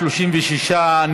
36,